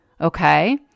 okay